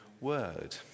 word